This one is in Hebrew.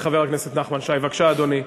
לחבר כנסת נחמן שי, בבקשה, אדוני.